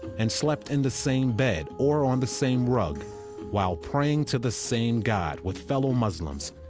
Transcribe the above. and slept in the same bed or on the same rug while praying to the same god with fellow muslims.